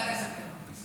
אני רוצה לדבר.